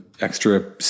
extra